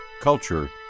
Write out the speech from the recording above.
culture